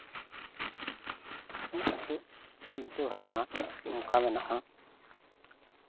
ᱤᱧᱟᱹᱜ ᱱᱤᱛᱚᱜ ᱪᱤᱱᱛᱟ ᱵᱷᱟᱵᱱᱟ ᱱᱚᱝᱠᱟ ᱢᱮᱱᱟᱜᱼᱟ